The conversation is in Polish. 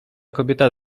kobieta